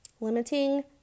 Limiting